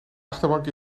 achterbank